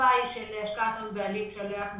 החלופה של השקעת הון בעלים שעליה אתם